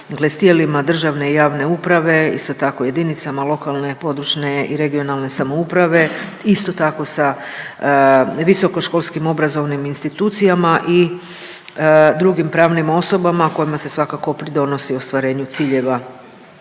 i to … državne i javne uprave, isto tako jedinicama lokalne, područne i regionalne samouprave, isto tako sa visokoškolskim obrazovnim institucijama i drugim pravnim osobama kojima se svakako pridonosi ostvarenju ciljeva,